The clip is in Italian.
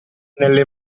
nelle